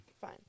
Fine